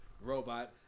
robot